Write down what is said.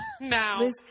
Now